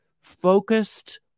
focused